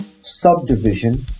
subdivision